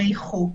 עוברי חוק.